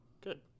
Good